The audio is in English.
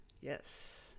Yes